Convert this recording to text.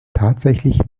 tatsächlich